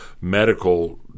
medical